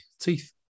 teeth